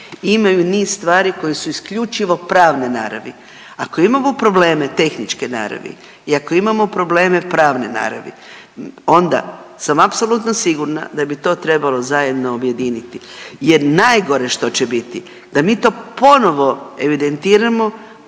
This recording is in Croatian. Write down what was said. ima i niz stvari koje su isključivo pravne naravi. Ako imamo probleme tehničke naravi i ako imamo probleme pravne naravi onda sam apsolutno sigurna da bi to trebalo zajedno objediniti jer najgore što će biti da mi to ponovo evidentiramo,